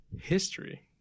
History